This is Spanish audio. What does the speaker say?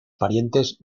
parientes